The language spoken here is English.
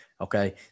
okay